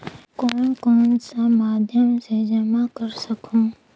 कौन कौन सा माध्यम से जमा कर सखहू?